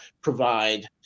provide